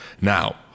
Now